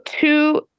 two